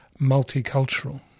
Multicultural